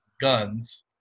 guns